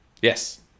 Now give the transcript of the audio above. yes